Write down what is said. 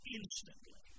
instantly